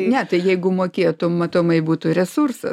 ne tai jeigu mokėtų matomai būtų resursas